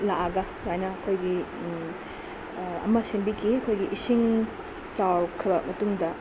ꯂꯥꯛꯑꯒ ꯑꯗꯨꯃꯥꯏꯅ ꯑꯩꯈꯣꯏꯒꯤ ꯑꯃ ꯁꯦꯝꯕꯤꯈꯤ ꯑꯩꯈꯣꯏꯒꯤ ꯏꯁꯤꯡ ꯆꯥꯎꯈ꯭ꯔꯕ ꯃꯇꯨꯡꯗ